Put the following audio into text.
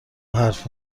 حرف